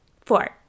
Four